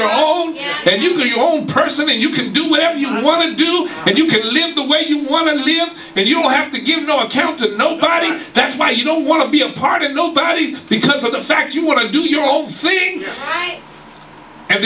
your own and you own person and you can do whatever you want to do and you could live the way you want to live and you don't have to give no account to nobody that's why you don't want to be a part of nobody because of the fact you want to do your own